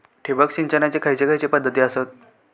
ठिबक सिंचनाचे खैयचे खैयचे पध्दती आसत?